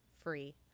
free